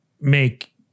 make